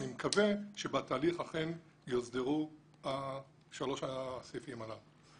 אני מקווה שבתהליך אכן יוסדרו שלושת הסעיפים הללו.